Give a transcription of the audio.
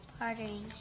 partying